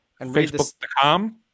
Facebook.com